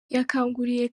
yakanguriye